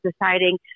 deciding